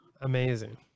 amazing